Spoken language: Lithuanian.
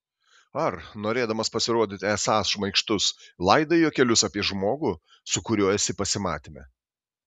ar norėdamas pasirodyti esąs šmaikštus laidai juokelius apie žmogų su kuriuo esi pasimatyme